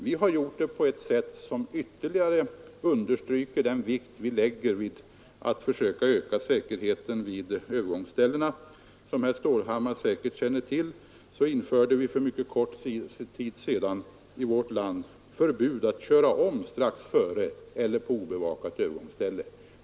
Vi har gjort det på ett sätt som ytterligare understryker den vikt vi fäster vid att söka öka säkerheten vid övergångsställena. Som herr Stålhammar säkerligen känner till införde vi för mycket kort tid sedan i vårt land förbud att köra om strax före eller på obevakat övergångsställe.